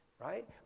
right